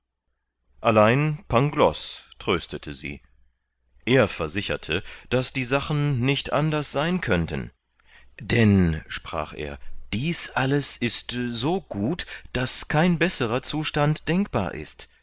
allein pangloß tröstete sie er versicherte daß die sachen nicht anders sein könnten denn sprach er dies alles ist so gut daß kein besserer zustand denkbar ist